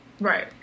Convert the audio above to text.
Right